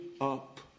up